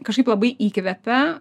kažkaip labai įkvepia